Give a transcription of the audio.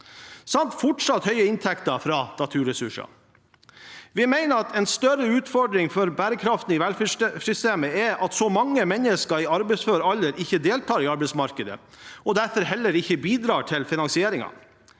samt fortsatt høye inntekter fra naturressurser. Vi mener at en større utfordring for bærekraften i velferdssystemet er at så mange mennesker i arbeidsfør alder ikke deltar i arbeidsmarkedet og derfor heller ikke bidrar til finansieringen.